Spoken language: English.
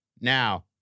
Now